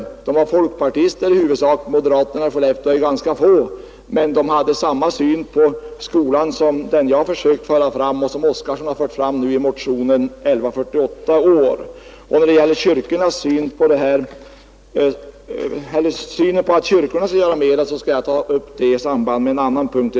Åhörarna var i huvudsak folkpartister — moderaterna i Skellefteå är ganska få — men de hade samma syn på skolan som jag försökt föra fram och som herr Oskarson och hans medmotionärer fört fram i motionen 1148. Vad som har anförts om att kyrkorna borde göra mera skall jag ta upp under en annan punkt.